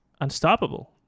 unstoppable